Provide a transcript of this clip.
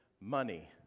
money